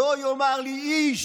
"לא יאמר לי איש,